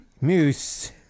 moose